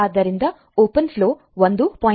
ಆದ್ದರಿಂದ open flow 1